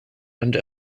and